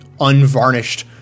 unvarnished